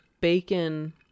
bacon